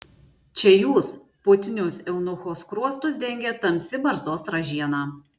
čia jūs putnius eunucho skruostus dengė tamsi barzdos ražiena